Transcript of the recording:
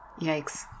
Yikes